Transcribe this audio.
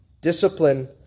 discipline